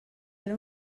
era